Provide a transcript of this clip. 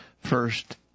first